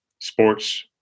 sports